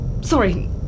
Sorry